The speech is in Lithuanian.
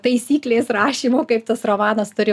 taisyklės rašymo kaip tas romanas turi